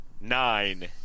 nine